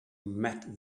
met